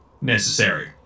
necessary